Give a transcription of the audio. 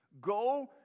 Go